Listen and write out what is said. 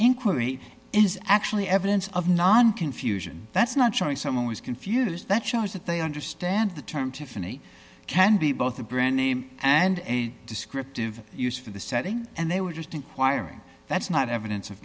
inquiry is actually evidence of non confusion that's not showing someone was confused that shows that they understand the term tiffany can be both a brand name and a descriptive use for the setting and they were just inquiring that's not evidence of